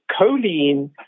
choline